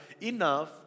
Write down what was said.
enough